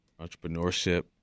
entrepreneurship